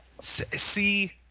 See